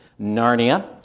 Narnia